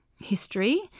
history